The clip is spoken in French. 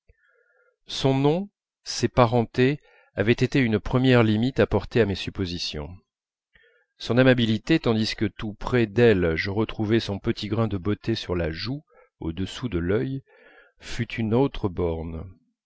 son nom ses parentés avaient été une première limite apportée à mes suppositions son amabilité tandis que tout près d'elle je retrouvais son petit grain de beauté sur la joue au-dessous de l'œil fut une autre borne